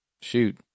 shoot